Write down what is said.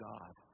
God